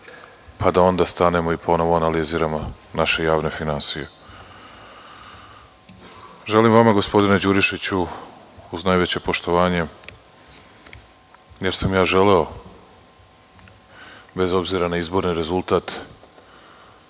pa da onda stanemo i ponovo analiziramo naše javne finansije. Želim vama gospodine Đurišiću, uz najveće poštovanje, jer sam želeo bez obzira na izborni rezultat